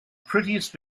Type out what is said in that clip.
prettiest